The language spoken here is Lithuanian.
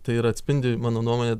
tai ir atspindi mano nuomone